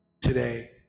today